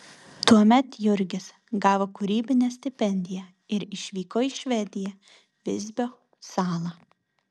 tuomet jurgis gavo kūrybinę stipendiją ir išvyko į švediją visbio salą